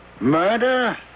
Murder